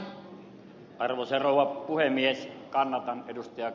arvoisa rouva puhemies kanadan edustajat